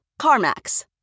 CarMax